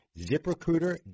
ZipRecruiter